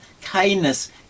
kindness